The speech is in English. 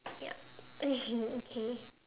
yup okay okay